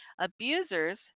Abusers